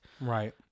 Right